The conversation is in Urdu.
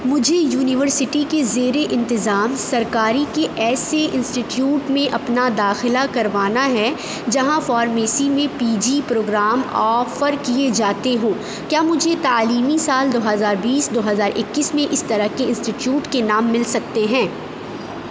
مجھے یونیورسٹی کے زیر انتظام سرکاری کے ایسے انسٹیٹیوٹ میں اپنا داخلہ کروانا ہے جہاں فارمیسی میں پی جی پروگرام آفر کیے جاتے ہوں کیا مجھے تعلیمی سال دو ہزار بیس دو ہزار اکیس میں اس طرح کے انسٹیٹیوٹ کے نام مل سکتے ہیں